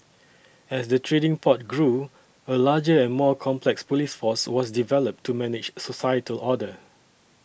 as the trading port grew a larger and more complex police force was developed to manage societal order